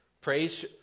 Praise